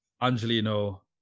Angelino